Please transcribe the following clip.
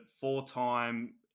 four-time